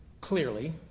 clearly